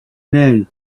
now